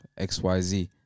XYZ